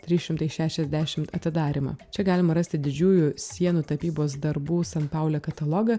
trys šimtai šešiasdešimt atidarymą čia galima rasti didžiųjų sienų tapybos darbų san paule katalogą